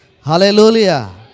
Hallelujah